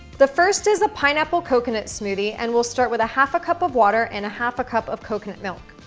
the first is a pineapple coconut smoothie and we'll start with a half a cup of water and a half a cup of coconut milk.